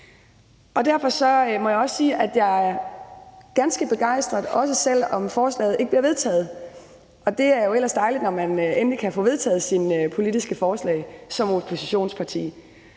Derfor må jeg også sige, at jeg er ganske begejstret, også selv om forslaget ikke bliver vedtaget. Det er jo ellers dejligt, når man endelig kan få vedtaget sine politiske forslag som oppositionsparti.